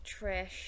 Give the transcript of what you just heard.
trish